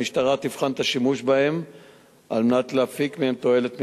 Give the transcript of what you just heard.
המשטרה תבחן את השימוש בהם על מנת להפיק מהם תועלת מרבית.